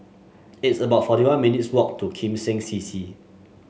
it's about forty one minutes' walk to Kim Seng C C